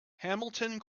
hamilton